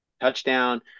touchdown